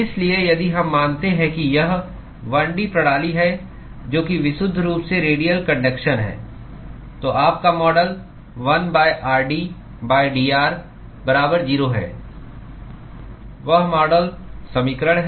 इसलिए यदि हम मानते हैं कि यह 1 डी प्रणाली है जो कि विशुद्ध रूप से रेडियल कन्डक्शन है तो आपका मॉडल 1 rd dr बराबर 0 है वह मॉडल समीकरण है